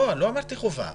לא אמרתי חובה.